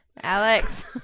Alex